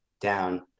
down